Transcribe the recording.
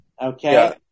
okay